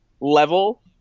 level